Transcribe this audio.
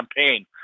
campaign